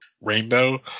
Rainbow